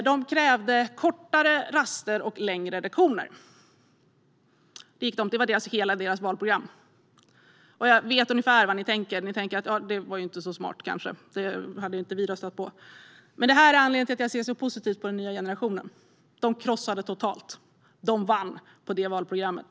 De krävde kortare raster och längre lektioner. Det var hela deras valprogram. Jag vet ungefär vad ni tänker: Det var kanske inte så smart. Det hade inte vi röstat på. Skolväsendet - grundläggande om utbildningen, Skolväsendet - lärare och elever och Skolväsendet - övergripande skolfrågor Men anledningen till att jag ser positivt på den nya generationen är att de krossade motståndet totalt. De vann på det valprogrammet.